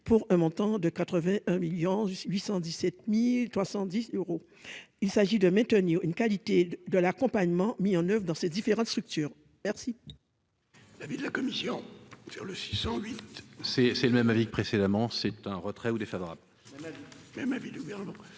pour un montant de 81 1000000 817070 euros, il s'agit de maintenir une qualité de l'accompagnement mis en oeuvre dans ces différentes structures merci.